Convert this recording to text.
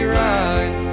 right